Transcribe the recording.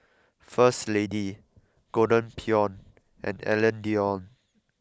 first Lady Golden Peony and Alain Delon